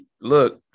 look